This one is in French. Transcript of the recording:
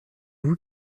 vous